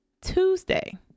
Tuesday